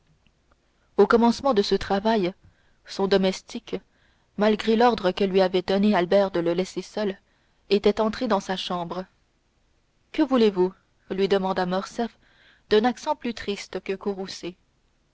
au commencement de ce travail son domestique malgré l'ordre que lui avait donné albert de le laisser seul était entré dans sa chambre que voulez-vous lui demanda morcerf d'un accent plus triste que